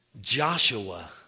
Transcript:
Joshua